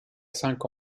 cinq